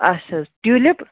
اچھا حظ ٹیوٗلِپ